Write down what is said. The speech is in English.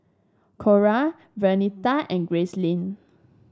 Cora Vernita and Gracelyn